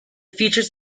features